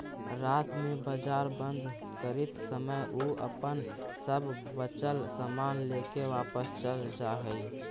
रात में बाजार बंद करित समय उ अपन सब बचल सामान लेके वापस चल जा हइ